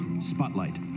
Spotlight